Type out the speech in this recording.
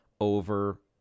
over